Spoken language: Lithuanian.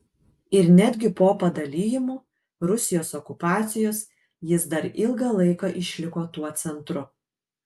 ir netgi po padalijimų rusijos okupacijos jis dar ilgą laiką išliko tuo centru